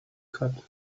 cut